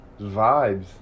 vibes